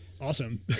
awesome